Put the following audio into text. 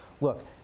Look